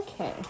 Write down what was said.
okay